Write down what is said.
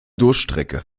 durststrecke